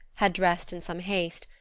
had dressed in some haste,